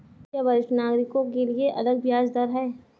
क्या वरिष्ठ नागरिकों के लिए अलग ब्याज दर है?